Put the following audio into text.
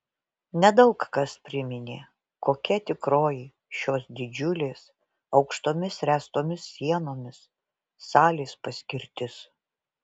nedaug kas priminė kokia tikroji šios didžiulės aukštomis ręstomis sienomis salės paskirtis